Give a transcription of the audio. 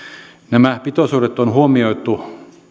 nämä pitoisuudet on huomioitu